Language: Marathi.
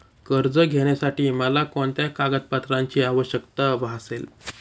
कर्ज घेण्यासाठी मला कोणत्या कागदपत्रांची आवश्यकता भासेल?